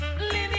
living